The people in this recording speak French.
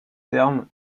terme